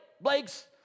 Blake's